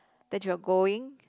that you are going